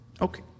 Okay